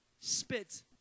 spit